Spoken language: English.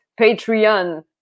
Patreon